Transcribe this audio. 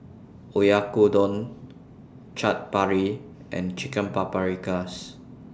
Oyakodon Chaat Papri and Chicken Paprikas